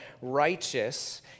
righteous